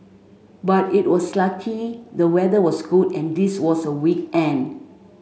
but it was lucky the weather was good and this was a weekend